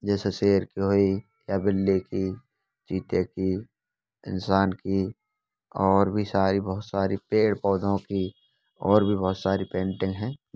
जैसे शेर की हुई या बिल्ली की चीते की इंसान की और भी सारी बहुत सारी पेड़ पौधे की और भी बहुत सारी पंटिंग हैं